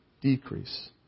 decrease